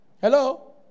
Hello